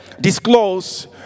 disclose